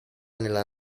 nella